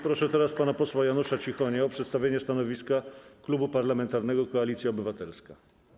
Proszę teraz pana posła Janusza Cichonia o przedstawienie stanowiska Klubu Parlamentarnego Koalicja Obywatelska.